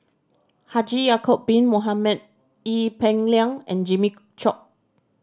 Haji Ya'acob Bin Mohamed Ee Peng Liang and Jimmy Chok